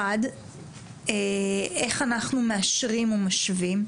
איך אנחנו מאשרים ומשווים?